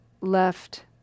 left